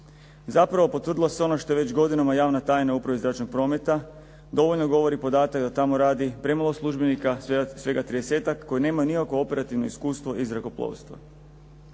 Zapravo potvrdilo se ono što je već godinama javna tajna u upravi zračnog prometa, dovoljno govori podatak da tamo radi premalo službenika, svega tridesetak koji nemaju nikakvo operativno iskustvo iz zrakoplovstva.